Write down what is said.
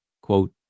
quote